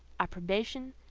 approbation,